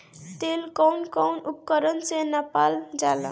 तेल कउन कउन उपकरण से नापल जाला?